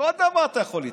כל דבר אתה יכול לטעון,